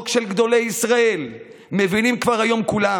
של גדולי ישראל מבינים כבר היום כולם.